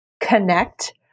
connect